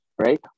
Right